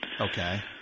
Okay